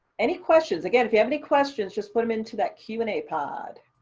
any questions? again, if you have any questions, just put them into that q and a pod.